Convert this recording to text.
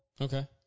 Okay